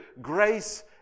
Grace